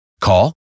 Call